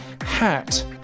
hat